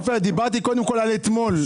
דיברתי קודם כול על אתמול.